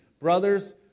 Brothers